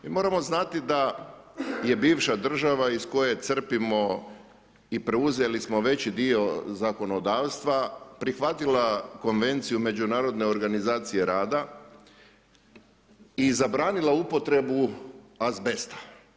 Moramo znati da je bivša država iz koje crpimo i preuzeli smo veći dio zakonodavstva, prihvatila Konvenciju međunarodne organizacije rada i zabranila upotrebu azbesta.